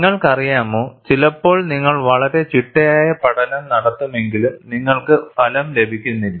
നിങ്ങൾക്കറിയാമോ ചിലപ്പോൾ നിങ്ങൾ വളരെ ചിട്ടയായ പഠനം നടത്തുമെങ്കിലും നിങ്ങൾക്ക് ഫലം ലഭിക്കുന്നില്ല